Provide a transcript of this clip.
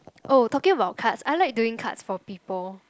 oh talking about cards I like dealing cards for people